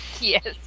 Yes